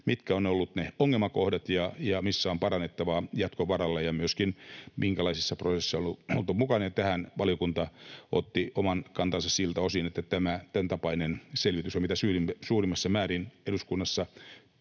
mitkä ovat olleet ne ongelmakohdat ja missä on parannettavaa jatkon varalle, ja myöskin se, minkälaisissa prosesseissa on oltu mukana. Ja tähän valiokunta otti oman kantansa siltä osin, että tämäntapainen selvitys on mitä suurimmassa määrin eduskunnassa